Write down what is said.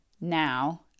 now